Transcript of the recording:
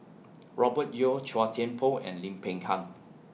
Robert Yeo Chua Thian Poh and Lim Peng Han